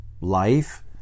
life